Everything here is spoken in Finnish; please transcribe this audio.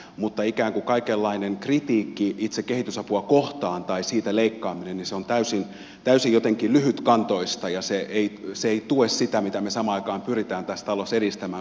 mutta kaikenlainen kritiikki itse kehitysapua kohtaan tai siitä leikkaaminen on täysin jotenkin lyhytkantoista ja se ei tue sitä mitä me samaan aikaan pyrimme tässä talossa edistämään